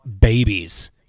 babies